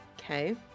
Okay